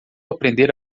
aprender